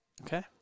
okay